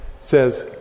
says